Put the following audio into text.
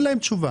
אין להם תשובה.